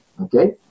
okay